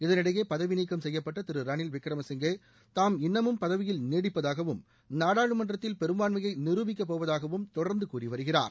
இதனிடையே பதவிநீக்கம் செய்யப்பட்ட திரு ரணில்விக்ரம சிங்கே தாம் இன்னமும் பதவியில் நீடிப்பதாகவும் நாடாளுமன்றத்தில் பெரும்பாள்மையை நிருபிக்கப் போவதாகவும் தொடர்ந்து கூறிவருகிறார்